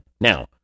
Now